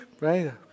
Right